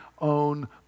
own